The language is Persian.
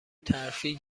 ترفیع